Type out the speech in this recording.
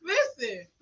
Listen